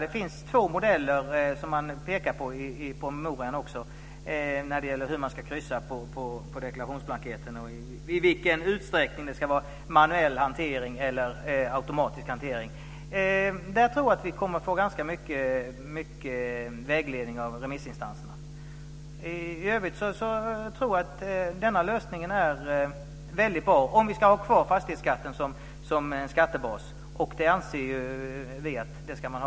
Det finns två modeller som man pekar på i promemorian när det gäller hur man ska kryssa på deklarationsblanketten och i vilken utsträckning det ska vara manuell hanteringen eller automatisk hantering. Jag tror att vi kommer att få ganska mycket vägledning av remissinstanserna där. I övrigt tror jag att den här lösningen är väldigt bra om man ska ha kvar fastighetsskatten som en skattebas, och det anser vi att man ska ha.